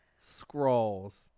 scrolls